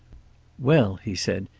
well, he said,